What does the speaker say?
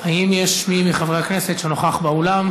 האם יש מי מחברי הכנסת שנוכח באולם,